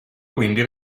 quindi